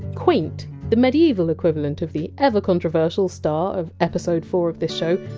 queynte, the medieval equivalent of the ever-controversial star of episode four of this show,